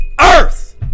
Earth